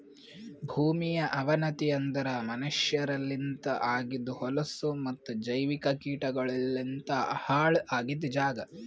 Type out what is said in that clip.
ಭೂಮಿಯ ಅವನತಿ ಅಂದುರ್ ಮನಷ್ಯರಲಿಂತ್ ಆಗಿದ್ ಹೊಲಸು ಮತ್ತ ಜೈವಿಕ ಕೀಟಗೊಳಲಿಂತ್ ಹಾಳ್ ಆಗಿದ್ ಜಾಗ್